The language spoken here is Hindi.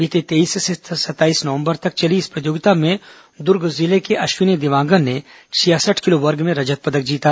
बीते तेईस से सत्ताईस नवंबर तक चली इस प्रतियोगिता में दुर्ग जिले अश्विनी देवांगन ने छियासठ किलो वर्ग में रजत पदक जीता